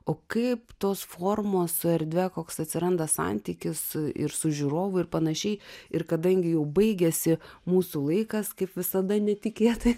o kaip tos formos su erdve koks atsiranda santykis ir su žiūrovu ir panašiai ir kadangi jau baigiasi mūsų laikas kaip visada netikėtai